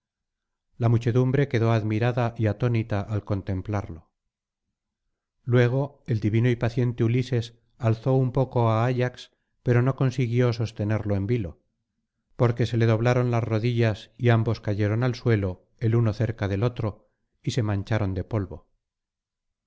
la muchedumbre quedó admirada y atónita al contemplarlo luego el divino y paciente ulises alzó un poco á ayax pero no consiguió sostenerlo en vilo porque se le doblaron las rodillas y ambos cayeron al suelo el uno cerca del otro y se mancharon de polvo